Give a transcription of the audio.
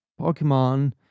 Pokemon